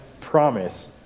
promise